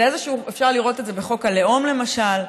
אפשר לראות את זה בחוק הלאום, למשל: